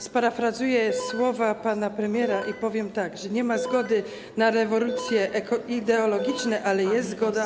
Sparafrazuję słowa pana premiera i powiem tak: Nie ma zgody na rewolucje ideologiczne, ale jest zgoda.